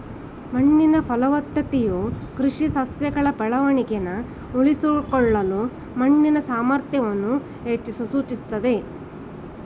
ಮಣ್ಣಿನ ಫಲವತ್ತತೆಯು ಕೃಷಿ ಸಸ್ಯಗಳ ಬೆಳವಣಿಗೆನ ಉಳಿಸ್ಕೊಳ್ಳಲು ಮಣ್ಣಿನ ಸಾಮರ್ಥ್ಯವನ್ನು ಸೂಚಿಸ್ತದೆ